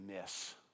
miss